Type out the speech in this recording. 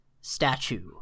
statue